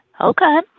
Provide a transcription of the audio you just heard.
Okay